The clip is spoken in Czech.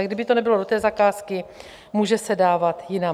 A kdyby to nebylo do té zakázky, může se dávat jinam.